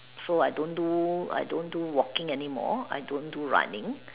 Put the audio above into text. so I don't do I don't do walking anymore I don't do running